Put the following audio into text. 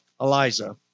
Eliza